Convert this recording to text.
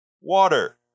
Water